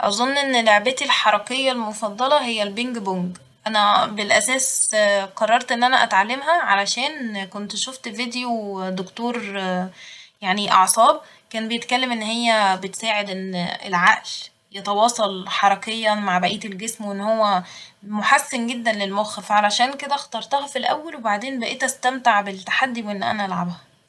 أظن إن لعبتي الحركية المفضلة هي البينج بونج ، أنا بالأساس قررت إن أنا أتعلمها علشان كنت شفت فيديو دكتور يعني أعصاب كان بيتكلم إن هي بتساعد إن العقل يتواصل حركيا مع بقية الجسم وإن هو محسن جدا للمخ فعلشان كده اخترتها في الأول وبعدين بقيت أستمتع بالتحدي وإن أنا ألعبها